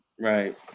Right